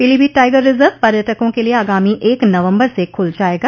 Pilibhit tiger reserve पर्यटकों के लिए आगामी एक नवम्बर से खुल जायेगा